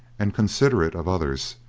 and considerate of others,